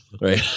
right